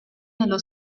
nello